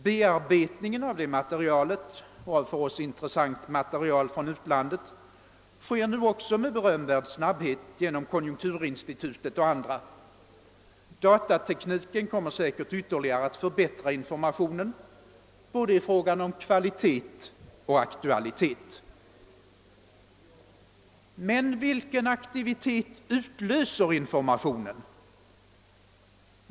Bearbetningen av det materialet och av för oss intressant material från utlandet sker nu också med berömvärd snabbhet genom konjunkturinstitutet och andra. Datatekniken kommer säkert att ytterligare förbättra informationen både i fråga om kvalitet och aktualitet. Men vilken aktivitet utlöser informa tionen?